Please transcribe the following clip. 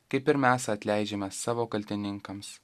kaip ir mes atleidžiame savo kaltininkams